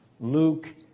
Luke